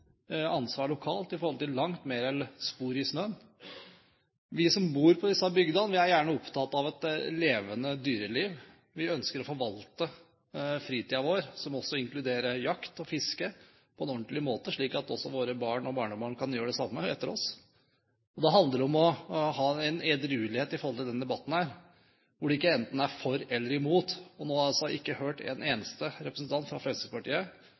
ansvar lokalt for langt mer enn spor i snøen. Vi som bor i disse bygdene, er gjerne opptatt av et levende dyreliv. Vi ønsker å forvalte fritiden vår, som også inkluderer jakt og fiske, på en ordentlig måte, slik at også våre barn og barnebarn kan drive med det samme som oss. Det handler om å ha en edruelighet i denne debatten, hvor det ikke enten er for eller imot. Nå har jeg altså ikke hørt en eneste representant fra Fremskrittspartiet